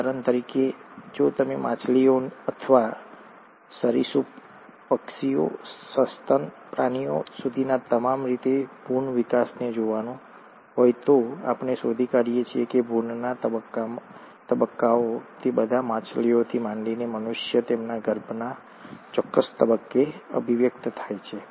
ઉદાહરણ તરીકે જો તમે માછલીઓ અથવા સરિસૃપ પક્ષીઓ સસ્તન પ્રાણીઓ સુધીના તમામ રીતે ભ્રૂણ વિકાસને જોવાનું હોય તો આપણે શોધી કાઢીએ છીએ કે ભ્રૂણના તબક્કાઓ તે બધા માછલીઓથી માંડીને મનુષ્ય તેમના ગર્ભના ચોક્કસ તબક્કે અભિવ્યક્ત થાય છે